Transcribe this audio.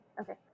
Okay